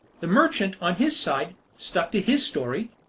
the merchant, on his side, stuck to his story,